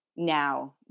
Now